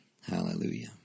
hallelujah